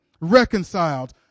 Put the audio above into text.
reconciled